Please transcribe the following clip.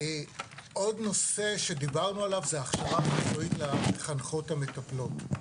עוד נושא שדיברנו עליו זה הכשרה מקצועית למחנכות המטפלות.